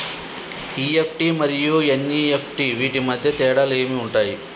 EFT మరియు NEFT వీటి మధ్య తేడాలు ఏమి ఉంటాయి?